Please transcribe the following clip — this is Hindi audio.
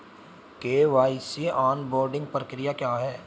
के.वाई.सी ऑनबोर्डिंग प्रक्रिया क्या है?